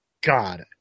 God